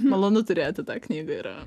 malonu turėti tą knygą yra